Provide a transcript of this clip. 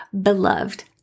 beloved